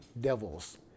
devils